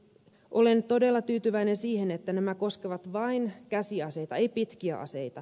olen todella tyytyväinen siihen että nämä koskevat vain käsiaseita ei pitkiä aseita